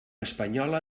espanyola